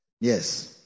yes